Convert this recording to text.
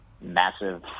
massive